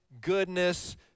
goodness